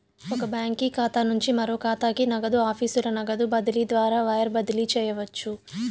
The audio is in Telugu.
ఒక బాంకీ ఖాతా నుంచి మరో కాతాకి, నగదు ఆఫీసుల నగదు బదిలీ ద్వారా వైర్ బదిలీ చేయవచ్చు